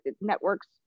network's